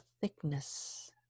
thickness